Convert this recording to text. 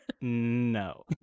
No